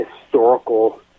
historical